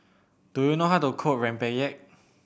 do you know how to cook Rempeyek